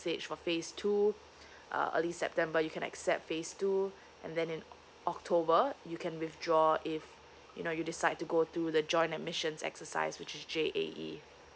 stage for phase two uh early september you can accept phase two and then in october you can withdraw if you know you decide to go through the joint admissions exercise which is J_A_E